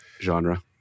genre